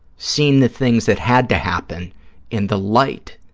seen the things that had to happen in the light